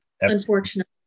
unfortunately